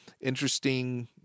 interesting